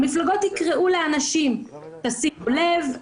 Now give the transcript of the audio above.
המפלגות יקראו לאנשים: שימו לב,